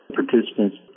participants